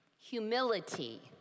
Humility